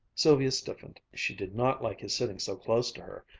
sylvia stiffened. she did not like his sitting so close to her,